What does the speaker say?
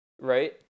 Right